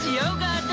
yoga